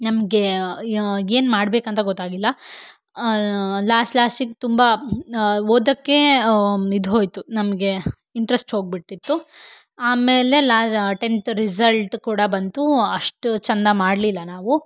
ನಮಗೆ ಏನು ಮಾಡ್ಬೇಕು ಅಂತ ಗೊತ್ತಾಗಿಲ್ಲ ಲಾಸ್ಟ್ ಲಾಸ್ಟಿಗೆ ತುಂಬ ಓದಕ್ಕೇ ಇದು ಹೋಯಿತು ನಮಗೆ ಇಂಟ್ರೆಸ್ಟ್ ಹೋಗಿಬಿಟ್ಟಿತ್ತು ಆಮೇಲೆ ಲಾ ಟೆಂತ್ ರಿಸಲ್ಟ್ ಕೂಡ ಬಂತು ಅಷ್ಟು ಚಂದ ಮಾಡಲಿಲ್ಲ ನಾವು